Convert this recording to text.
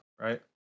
right